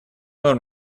норм